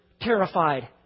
terrified